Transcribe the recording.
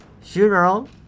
funeral